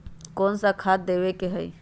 कोन सा खाद देवे के हई?